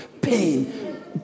pain